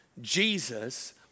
Jesus